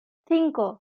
cinco